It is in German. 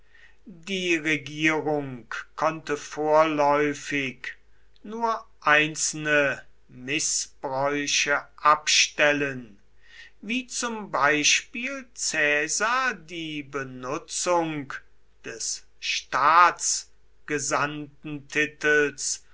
die regierung konnte vorläufig nur einzelne mißbräuche abstellen wie zum beispiel caesar die benutzung des